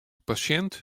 pasjint